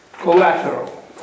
collateral